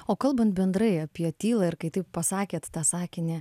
o kalban bendrai apie tylą ir kai taip pasakėt tą sakinį